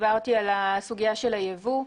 דיברתי על הסוגיה של היבוא.